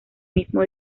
mismo